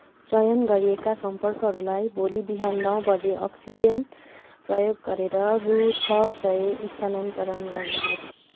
चयन गरिएका सम्पर्कहरूलाई भोलि बिहान नौ बजे अक्सिजेन प्रयोग गरेर रु छ सय स्थानान्तरण गर्नुहोस्